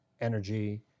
energy